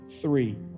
three